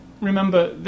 remember